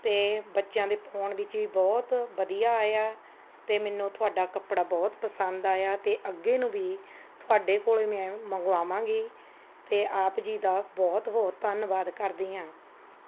ਅਤੇ ਬੱਚਿਆਂ ਦੇ ਪਾਉਂਣ ਵਿੱਚ ਵੀ ਬਹੁਤ ਵਧੀਆ ਆਇਆ ਅਤੇ ਮੈਨੂੰ ਤੁਹਾਡਾ ਕੱਪੜਾ ਬਹੁਤ ਪਸੰਦ ਆਇਆ ਅਤੇ ਅੱਗੇ ਨੂੰ ਵੀ ਤੁਹਾਡੇ ਕੋਲੋ ਹੀ ਮੈਂ ਮੰਗਵਾਵਾਂਗੀ ਅਤੇ ਆਪ ਜੀ ਦਾ ਬਹੁਤ ਬਹੁਤ ਧੰਨਵਾਦ ਕਰਦੀ ਹਾਂ